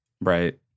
Right